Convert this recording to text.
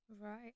Right